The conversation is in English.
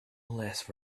less